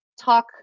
talk